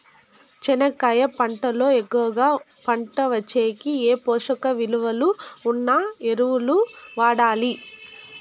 చెనక్కాయ పంట లో ఎక్కువగా పంట వచ్చేకి ఏ పోషక విలువలు ఉన్న ఎరువులు వాడాలి?